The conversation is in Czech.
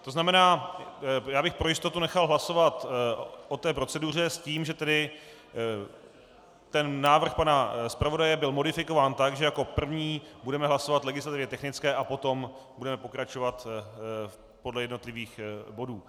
To znamená, já bych pro jistotu nechal hlasovat o proceduře s tím, že návrh pana zpravodaje byl modifikován tak, že jako první budeme hlasovat legislativně technické a potom budeme pokračovat podle jednotlivých bodů.